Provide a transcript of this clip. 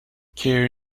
care